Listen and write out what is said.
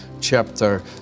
chapter